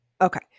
Okay